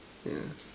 yeah